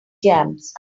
jams